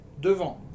Devant